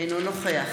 אינו נוכח